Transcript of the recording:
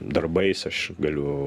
darbais aš galiu